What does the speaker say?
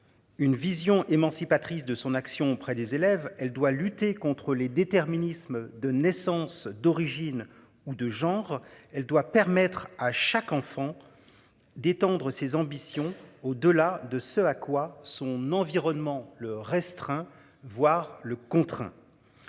Une vision émancipatrice de son action auprès des élèves. Elle doit lutter contre les déterminismes de naissance d'origine ou de genre, elle doit permettre à chaque enfant. D'étendre ses ambitions au delà de ce à quoi son environnement le restreint, voire le contraint.